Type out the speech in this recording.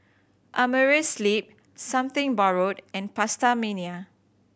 Amerisleep Something Borrowed and PastaMania